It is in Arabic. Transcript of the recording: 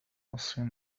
الصين